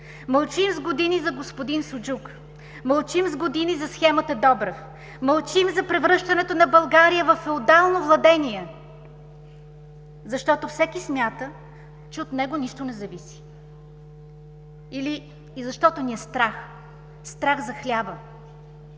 мълчим с години за господин Суджук, мълчим с години за схемата Добрев, мълчим за превръщането на България във феодално владение, защото всеки смята, че от него нищо не зависи и защото ни е страх – страх за хляба,